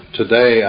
today